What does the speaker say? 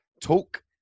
talk